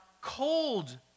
cold